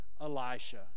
Elisha